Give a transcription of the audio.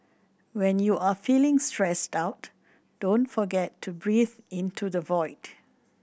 when you are feeling stressed out don't forget to breathe into the void